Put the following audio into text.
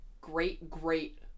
great-great